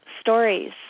stories